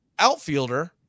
outfielder